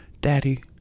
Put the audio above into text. Daddy